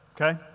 okay